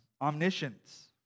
Omniscience